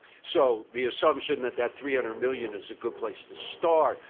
so the assumption that that three hundred million is a good place to start.